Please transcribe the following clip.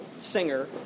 singer